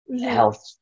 health